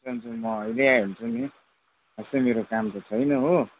त्यसो भने म अहिले आइहाल्छु नि त्यस्तो मेरो काम त छैन हो